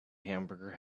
hamburger